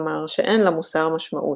כלומר שאין למוסר משמעות.